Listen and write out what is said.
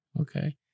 Okay